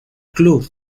club